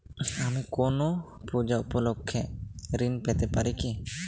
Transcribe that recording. আমি কোনো পূজা উপলক্ষ্যে ঋন পেতে পারি কি?